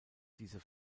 diese